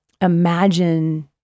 imagine